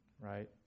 right